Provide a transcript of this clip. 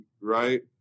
right